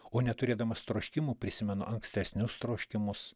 o neturėdamas troškimų prisimenu ankstesnius troškimus